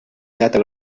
llata